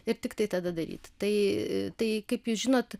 ir tiktai tada daryt tai tai kaip jūs žinot